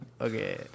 okay